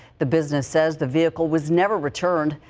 the business as the vehicle was never returned.